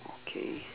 K